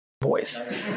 boys